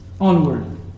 onward